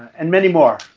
and many more,